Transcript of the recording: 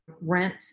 rent